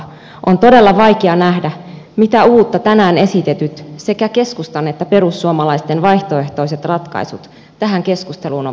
on todella vaikea nähdä mitä uutta tänään esitetyt sekä keskustan että perussuomalaisten vaihtoehtoiset ratkaisut tähän keskusteluun ovat tuoneet